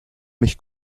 mich